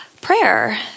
prayer